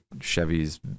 Chevy's